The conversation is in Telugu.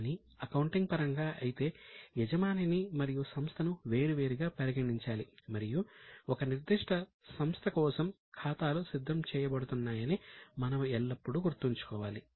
కాని అకౌంటింగ్ పరంగా అయితే యజమానిని మరియు సంస్థను వేరువేరుగా పరిగణించాలి మరియు ఒక నిర్దిష్ట సంస్థ కోసం ఖాతాలు సిద్ధం చేయబడుతున్నాయని మనము ఎల్లప్పుడూ గుర్తుంచుకోవాలి